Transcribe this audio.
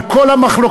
על כל המחלוקות,